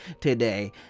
today